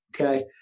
Okay